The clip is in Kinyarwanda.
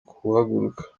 kuhagaruka